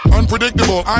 unpredictable